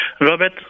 Robert